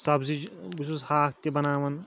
سبزی بہٕ چھُس ہاکھ تہِ بناوان